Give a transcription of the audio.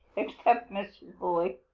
except mrs. bully.